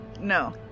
no